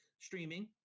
streaming